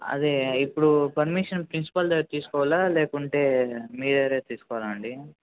అదే ఇప్పుడు permission principal దగ్గర తీసుకోవాలా లేకుంటే మీ దగ్గరే తీసుకోవాలా అండి